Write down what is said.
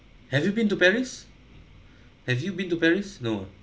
have you been to paris have you been to paris no